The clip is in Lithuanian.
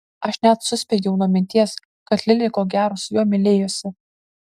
aš net suspiegiau nuo minties kad lili ko gero su juo mylėjosi